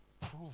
prove